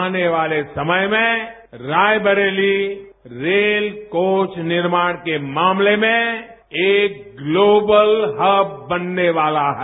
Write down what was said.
आने वाले समय में रायवरेली रेल कोच निर्माण के मामले में एक ग्लोबल हब बनने वाला है